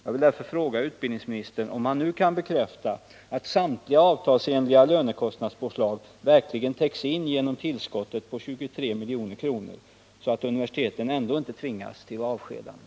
Jag vill alltså fråga utbildningsministern om han nu kan bekräfta att samtliga avtalsenliga lönekostnadspåslag verkligen täcks in genom tillskottet på 23 milj.kr., så att universiteten inte tvingas till avskedanden.